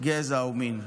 גזע ומין."